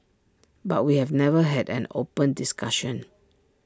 but we've never had an open discussion